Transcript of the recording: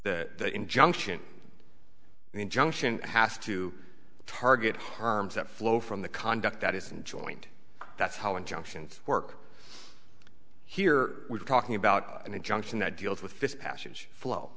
the injunction the injunction has to target harms that flow from the conduct that isn't joint that's how injunctions work here we're talking about an injunction that deals with this passage flow